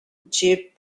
immediately